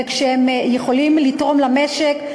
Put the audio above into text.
כשהם יכולים לתרום למשק,